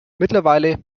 mittlerweile